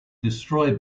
destroy